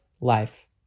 life